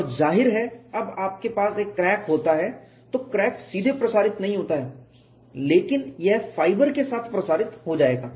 और जाहिर है जब आपके पास एक क्रैक होता है तो क्रैक सीधे प्रसारित नहीं होता है लेकिन यह फाइबर के साथ प्रसारित हो जाएगा